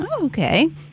Okay